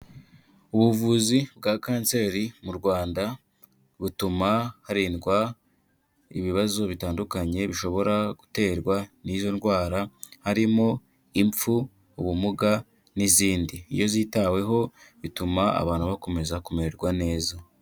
Ubuvuzi bwa Kanseri mu Rwanda butuma harindwa ibibazo bitandukanye bishobora guterwa n'izo ndwara harimo impfu, ubumuga n'izindi, iyo zitaweho bituma abantu bakomeza kumererwa neza.